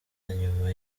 inyuma